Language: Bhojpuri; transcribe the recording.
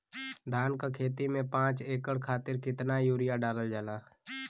धान क खेती में पांच एकड़ खातिर कितना यूरिया डालल जाला?